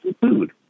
food